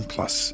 Plus